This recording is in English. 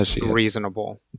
reasonable